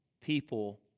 people